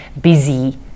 busy